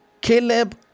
Caleb